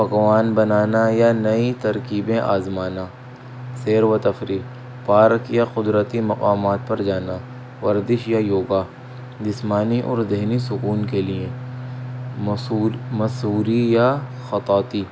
پکوان بنانا یا نئی ترکیبیں آزمانہ سیر و تفریح پارک یا قدرتی مقامات پر جانا ورزش یا یوگا جسمانی اور ذہنی سکون کے لیے مسوری یا خطوطی